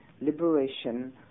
liberation